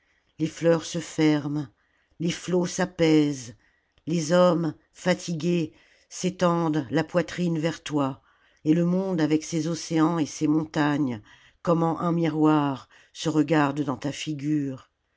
les fleurs se ferment les fîots s'apaisent les hommes fatigués s'étendent la poitrine vers toi et le monde avec ses océans et ses montagnes comme en un miroir se regarde dans ta figure